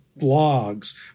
blogs